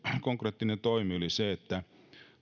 konkreettinen toimi oli se että